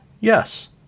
yes